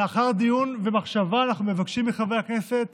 לאחר דיון ומחשבה, אנחנו מבקשים מחברי הכנסת